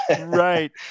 right